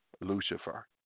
Lucifer